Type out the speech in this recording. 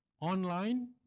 online